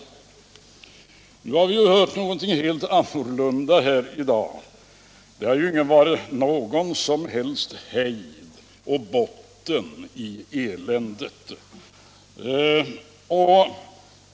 Nu har vi ju hört någonting helt annat här i dag. Det har inte varit någon som helst hejd och botten på eländet.